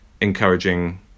encouraging